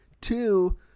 Two